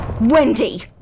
Wendy